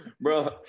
Bro